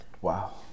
Wow